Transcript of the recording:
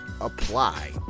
apply